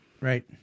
right